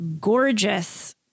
gorgeous